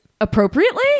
Appropriately